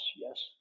yes